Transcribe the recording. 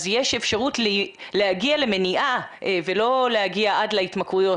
יש אפשרות להגיע למניעה ולא להגיע עד להתמכרויות,